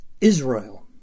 Israel